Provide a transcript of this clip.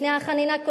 לפני החנינה,